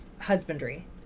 husbandry